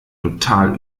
total